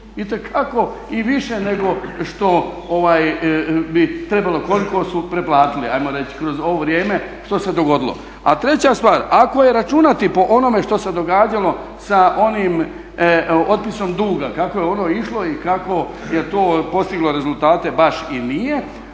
Itekako i više nego što bi trebalo koliko su preplatili ajmo reći kroz ovo vrijeme što se dogodilo. A treća stvar, ako je računati po onome što se događalo sa onim otpisom duga kako je ono išlo i kako je to postiglo rezultate, baš i nije,